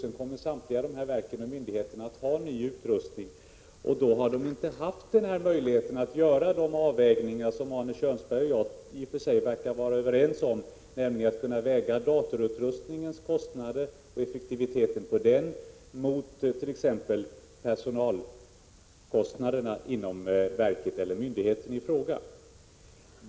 Sedan kommer samtliga dessa verk och myndigheter att ha ny utrustning, och då har de inte haft möjlighet att göra de avvägningar som Arne Kjörnsberg och jag i och för sig verkar vara överens om vore önskvärda, nämligen att kunna väga datorutrustningens kostnader och effektivitet mot t.ex. personalkostnaderna inom verket eller myndigheten i fråga.